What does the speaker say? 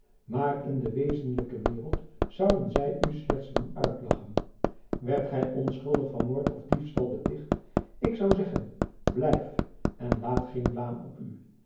maar in de wezenlijke waereld zouden zy u slechts doen uitlachen werdt gy onschuldig van moord of diefstal beticht ik zoû zeggen blijf en laad geen blaam op u